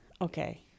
Okay